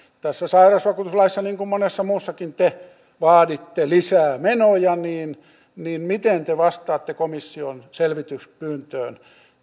tässä sairausvakuutuslaissa niin kuin monessa muussakin te vaaditte lisää menoja miten te vastaatte komission selvityspyyntöön